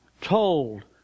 told